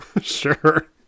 sure